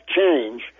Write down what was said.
change